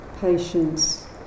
patience